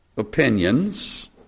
opinions